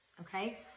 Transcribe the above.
Okay